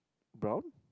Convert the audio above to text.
brown